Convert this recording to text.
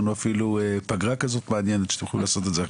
אפילו יש לנו פגרה מעניינת שאתם יכולים לעשות את זה במהלכה,